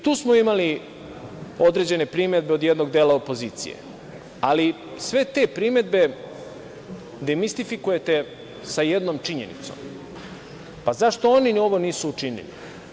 Tu smo imali određene primedbe od jednog dela opozicije, ali sve te primedbe demistifikujete sa jednom činjenicom, pa zašto oni ovo nisu učinili?